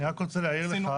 אני רק רוצה להעיר לך